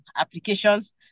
applications